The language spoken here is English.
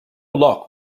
lock